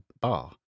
bar